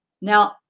Now